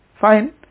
Fine